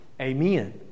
amen